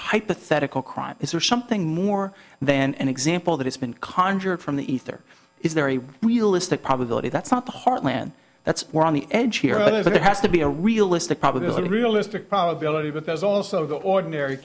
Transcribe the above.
hypothetical crime is there something more than an example that has been conjured from the ether is there a realistic probability that's not the heartland that's more on the edge here or there has to be a realistic probability realistic probability but there's also the ordinary